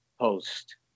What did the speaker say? post